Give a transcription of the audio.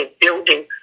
building